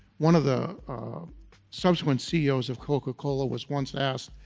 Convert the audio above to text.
one of the subsequent ceos of coca-cola was once asked,